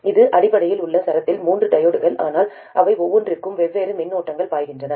இது அடிப்படையில் ஒரு சரத்தில் மூன்று டையோட்கள் ஆனால் அவை ஒவ்வொன்றிற்கும் வெவ்வேறு மின்னோட்டங்கள் பாய்கின்றன